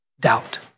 doubt